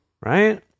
Right